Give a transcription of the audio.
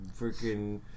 freaking